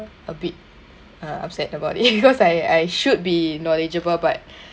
a bit uh upset about it because I I should be knowledgeable but